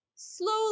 slowly